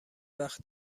وقت